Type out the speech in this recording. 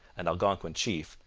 an algonquin chief,